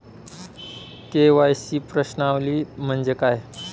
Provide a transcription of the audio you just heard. KYC प्रश्नावली म्हणजे काय?